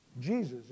Jesus